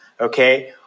okay